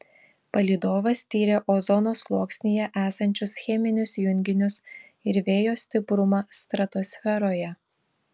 palydovas tyrė ozono sluoksnyje esančius cheminius junginius ir vėjo stiprumą stratosferoje